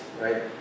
right